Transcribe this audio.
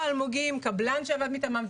קבלן שעבד מטעמם,